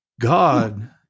God